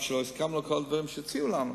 אף-על-פי שלא הסכמנו לכל הדברים שהציעו לנו,